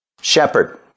shepherd